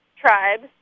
tribes